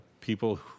people